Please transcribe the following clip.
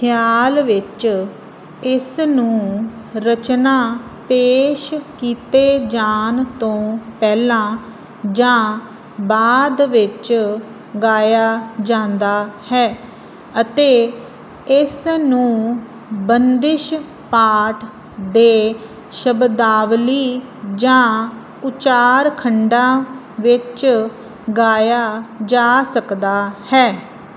ਖ਼ਿਆਲ ਵਿੱਚ ਇਸ ਨੂੰ ਰਚਨਾ ਪੇਸ਼ ਕੀਤੇ ਜਾਣ ਤੋਂ ਪਹਿਲਾਂ ਜਾਂ ਬਾਅਦ ਵਿੱਚ ਗਾਇਆ ਜਾਂਦਾ ਹੈ ਅਤੇ ਇਸ ਨੂੰ ਬੰਦਿਸ਼ ਪਾਠ ਦੇ ਸ਼ਬਦਾਵਲੀ ਜਾਂ ਉਚਾਰਖੰਡਾਂ ਵਿੱਚ ਗਾਇਆ ਜਾ ਸਕਦਾ ਹੈ